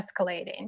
escalating